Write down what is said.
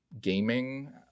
gaming